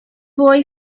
boy